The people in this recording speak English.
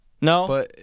No